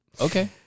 Okay